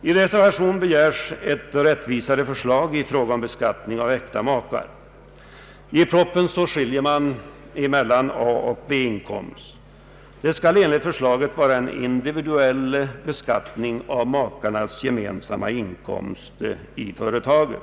I reservation begärs också ett rättvisare förslag i fråga om beskattningen av äkta makar, I propositionen skiljer man mellan A och B-inkomst. Enligt förslaget skall det göras en individuell beskattning av makarnas gemensamma inkomst i företaget.